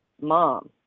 mom